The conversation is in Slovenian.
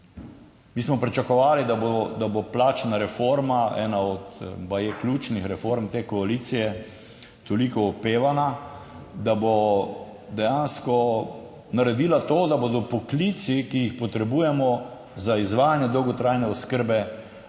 Mi smo pričakovali, da bo plačna reforma ena od baje ključnih reform te koalicije toliko opevana, da bo dejansko naredila to, da bodo poklici, ki jih potrebujemo za izvajanje dolgotrajne oskrbe